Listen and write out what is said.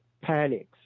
panics